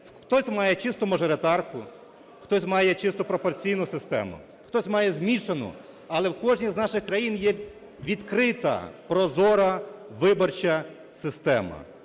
Хтось має чисту мажоритарку, хтось має чисту пропорційну систему, хтось має змішану, але в кожній з наших країн є відкрита, прозора виборча система.